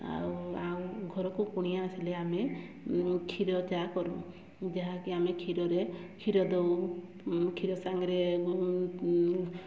ଆଉ ଆଉ ଘରକୁ କୁଣିଆ ଆସିଲେ ଆମେ କ୍ଷୀର ଚା କରୁ ଯାହାକି ଆମେ କ୍ଷୀରରେ କ୍ଷୀର ଦେଉ କ୍ଷୀର ସାଙ୍ଗରେ